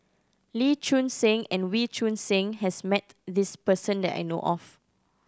Lee Choon Seng and Wee Choon Seng has met this person that I know of